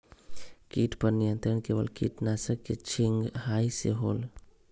किट पर नियंत्रण केवल किटनाशक के छिंगहाई से होल?